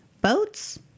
Boats